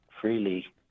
freely